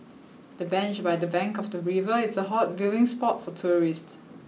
the bench by the bank of the river is a hot viewing spot for tourists